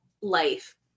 life